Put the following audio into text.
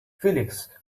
felix